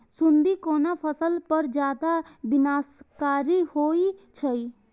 सुंडी कोन फसल पर ज्यादा विनाशकारी होई छै?